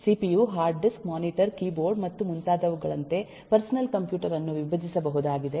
CPU hard disk monitor keyboard ಮತ್ತು ಮುಂತಾದವುಗಳಂತೆ personal computer ಅನ್ನು ವಿಭಜಿಸಬಹುದಾಗಿದೆ